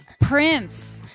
prince